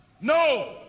No